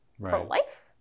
pro-life